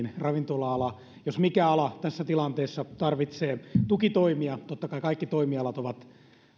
ravintola ala jos mikä tarvitsee tässä tilanteessa tukitoimia totta kai kaikki toimialat ovat